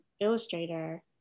Illustrator